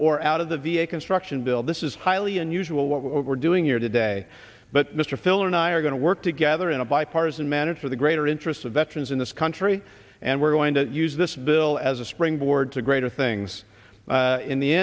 or out of the v a construction bill this is highly unusual what we're doing here today but mr phil and i are going to work together in a bipartisan manner for the greater interest of veterans in this country and we're going to use this bill as a springboard to greater things in the